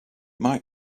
might